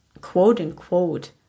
quote-unquote